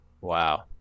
Wow